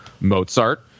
Mozart